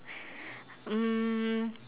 um